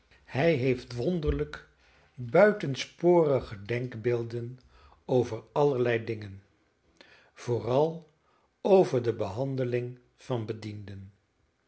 hij heeft wonderlijk buitensporige denkbeelden over allerlei dingen vooral over de behandeling van bedienden